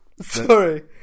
Sorry